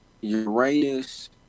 Uranus